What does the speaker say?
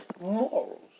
morals